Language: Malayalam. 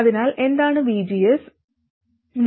അതിനാൽ എന്താണ് vgs vgsvi vo